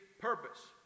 purpose